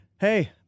Hey